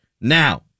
now